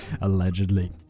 allegedly